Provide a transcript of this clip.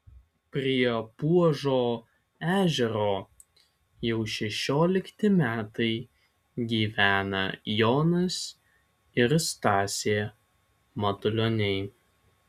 prie puožo ežero jau šešiolikti metai gyvena jonas ir stasė matulioniai